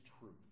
truth